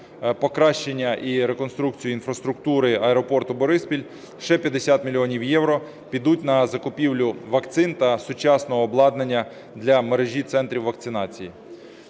покращення і реконструкцію інфраструктури аеропорту "Бориспіль", ще 50 мільйонів євро підуть на закупівлю вакцин та сучасного обладнання для мережі центрів вакцинації.